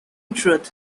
truth